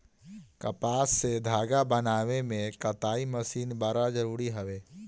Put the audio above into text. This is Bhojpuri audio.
कपास से धागा बनावे में कताई मशीन बड़ा जरूरी हवे